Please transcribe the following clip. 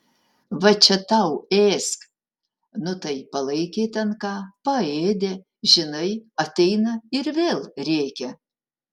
va čia tau ėsk nu tai palakė ten ką paėdė žinai ateina ir vėl rėkia